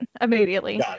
immediately